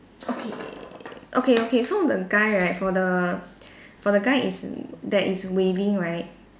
okay okay okay so the guy right for the for the guy is that is waving right